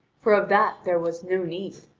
for of that there was no need.